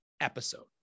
episode